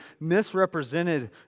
misrepresented